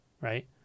right